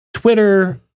Twitter